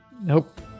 Nope